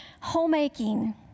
homemaking